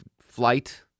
flight